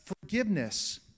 forgiveness